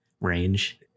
range